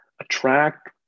attract